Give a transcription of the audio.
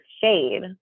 shade